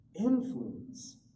influence